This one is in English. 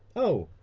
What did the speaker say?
oh,